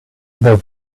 there